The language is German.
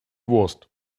wurst